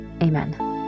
Amen